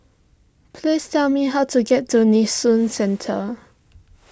please tell me how to get to Nee Soon Central